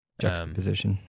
Juxtaposition